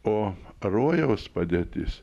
o rojaus padėtis